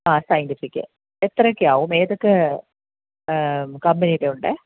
അഹ് scientific എത്രയൊക്കെ ആവും ഏതൊക്കെ കമ്പനീടെ ഉണ്ട്